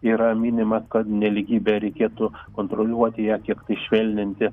yra minima kad nelygybę reikėtų kontroliuoti ją kiek tai švelninti